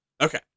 Okay